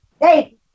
Hey